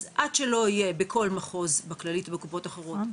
אז עד שלא יהיה בכל מחוז בכללית ובקופות אחרות